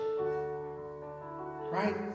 Right